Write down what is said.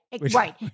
Right